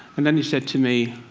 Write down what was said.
and then he said to me,